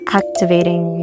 activating